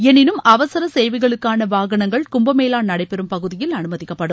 எனினும் அவசர சேவைகளுக்கான வாகனங்கள் கும்பமேளா நடைபெறும் பகுதியில் அனுமதிக்கப்படும்